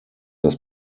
das